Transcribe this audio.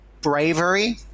bravery